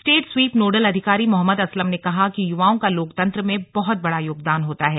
state SVEEP nodal अधिकारी मोहम्मद असलम ने कहा कि युवाओं का लोकतन्त्र में बहुत बड़ा योगदान होता है